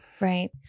Right